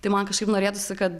tai man kažkaip norėtųsi kad